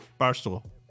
Barstool